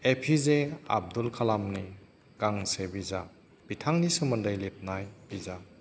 ए P J Abdul कालमनि गांसे बिजाब बिथांनि सोमोन्दै लिरनाय बिजाब